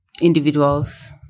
individuals